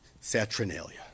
Saturnalia